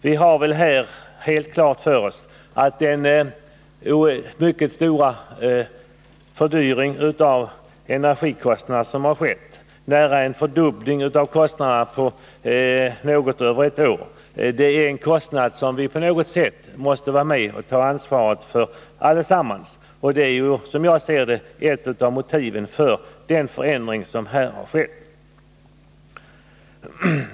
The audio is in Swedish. Vi har väl här helt klart för oss att den mycket stora energifördyring som har skett — nära nog en fördubbling av kostnaderna på något över ett år — är en kostnad som vi på något sätt måste vara med och bära bördan av allesamman. Och det är, som jag ser det, ett av motiven för den förändring som här har skett.